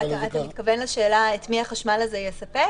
אתה מתכוון לשאלה את מי החשמל הזה יספק?